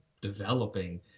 developing